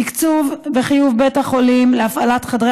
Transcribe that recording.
תקצוב וחיוב של בית החולים להפעיל חדרי